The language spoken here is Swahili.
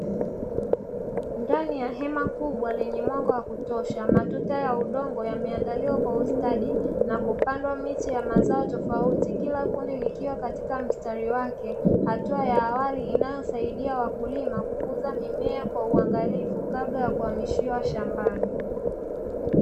Ndani ya hema kubwa lenye mwanga wa kutosha, matuta ya udongo yameandaliwa kwa ustadi na kupandwa miche ya mazao tofauti. Kila kundi likiwa katika mstari wake, hatua ya awali inayowasaidia wakulima kukuza mimea kwa uangalifu kabla ya kuhamishia shambani.